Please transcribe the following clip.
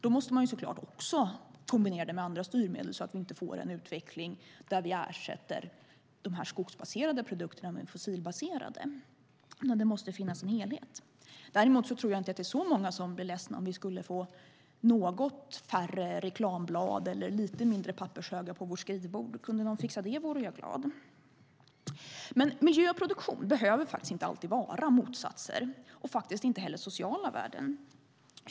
Då måste man såklart också kombinera det med andra styrmedel så att vi inte får en utveckling där vi ersätter dessa skogsbaserade produkter med fossilbaserade. Men det måste finnas en helhet. Däremot tror jag inte att det är så många som blir ledsna om vi skulle få något färre reklamblad eller lite mindre pappershögar på vårt skrivbord. Kunde de fixa det skulle jag bli glad. Men miljö och produktion behöver faktiskt inte alltid vara motsatser - inte heller sociala värden.